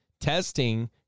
Testing